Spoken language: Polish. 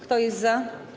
Kto jest za?